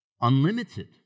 unlimited